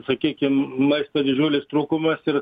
sakykim maisto didžiulis trūkumas ir